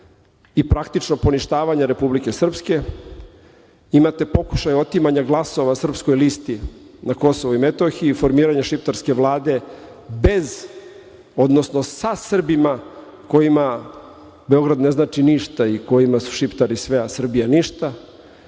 i praktično poništavanje Republike Srpske, imate pokušaj otimanja glasova Srpskoj listi na Kosovu i Metohiji, formiranje šiptarske vlade, sa Srbima kojima Beograd ne znači ništa i kojima su Šiptari sve, a Srbija ništa